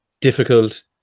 difficult